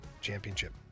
Championship